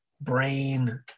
brain